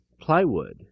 plywood